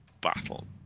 battle